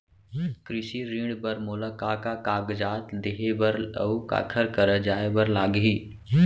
कृषि ऋण बर मोला का का कागजात देहे बर, अऊ काखर करा जाए बर लागही?